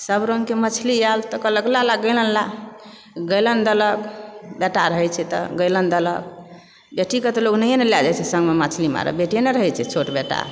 सभ रङ्गके मछली आयल तऽ कहलक ला ला गैलन ला गैलन देलक बेटा रहैत छै तऽ गैलन देलक बेटीकेँ तऽ लोग नहिए न लऽ जाइत छै सङ्गमऽ मछली मारय बेटे न रहैत छै छोट बेटा